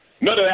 None